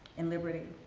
and liberty.